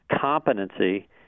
competency